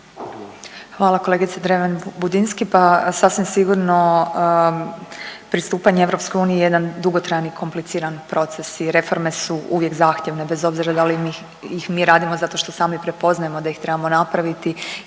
Hvala kolegice Dreven Budinski, pa sasvim sigurno pristupanje EU je jedan dugotrajni i kompliciran proces i reforme su uvijek zahtjevne bez obzira da li ih mi radimo zato što sami prepoznajemo da ih trebamo napraviti